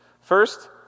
First